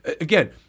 again